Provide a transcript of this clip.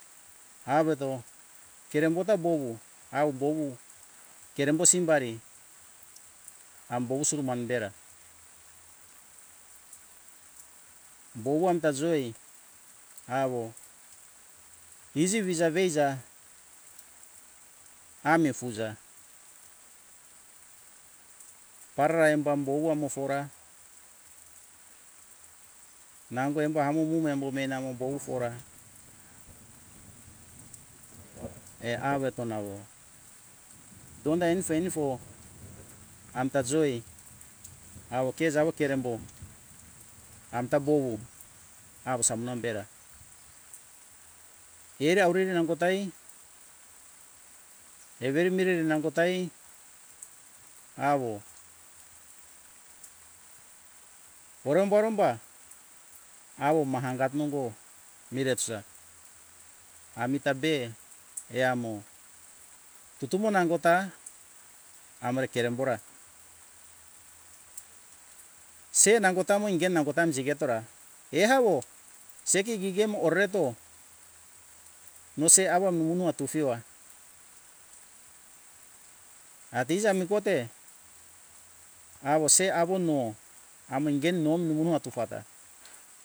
Aveto kerembo ta bowu au bowu kerembo sumbari am bowu suru manu dera bowu amta joi awo iji viza veiza ami fuza parara embo am bowu amo fora nango embo amo ume embo me menamo bowu fora eh awete nawo donda enifo - enifo amta joi awo ke jawo kerembo amta bowu awo samuna bera keri aurere ra nangota hei everi mireri nangota hei awo oromba - oromba awo mahangat nongo mire tusa amita be eamo tutumo nangota amore kerem bora se nangota mo inge nangota jigetora ehawo se ke gigi mo orereto nose awo numo nua tufi wa atiza ami kote awo se awo no amo ingeni no numu nua atufata